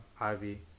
Ivy